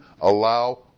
allow